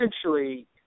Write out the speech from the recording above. essentially